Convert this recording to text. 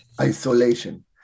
isolation